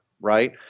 right